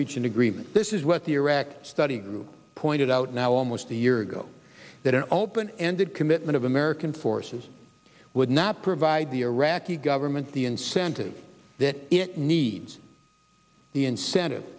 reach an agreement this is what the iraq study you pointed out now almost a year ago that are open ended commitment of american forces would not provide the iraqi government the incentive that it needs the incentive